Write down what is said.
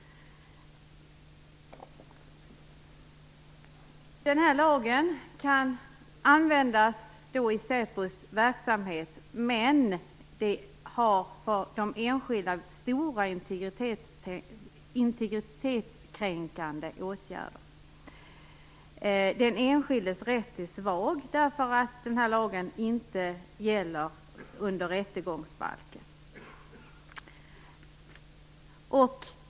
Denna lag kan användas i säpos verksamhet, men den har för enskilda människor stora integritetskränkande effekter. Den enskildes rätt är svag, därför att den här lagen inte sorterar under rättegångsbalken.